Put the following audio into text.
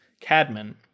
Cadman